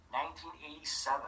1987